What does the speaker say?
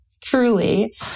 Truly